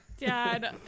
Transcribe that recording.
Dad